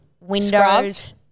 Windows